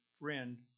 friend